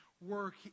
work